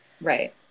Right